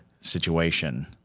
situation